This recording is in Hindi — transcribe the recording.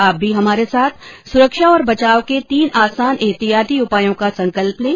आप भी हमारे साथ सुरक्षा और बचाव के तीन आसान एहतियाती उपायों का संकल्प लें